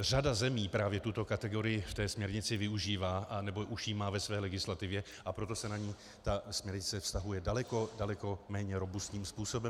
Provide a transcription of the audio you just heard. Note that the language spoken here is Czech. Řada zemí právě tuto kategorii v té směrnici využívá, anebo už ji má ve své legislativě, a proto se na ni ta směrnice vztahuje daleko, daleko méně robustním způsobem.